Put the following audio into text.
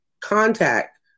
contact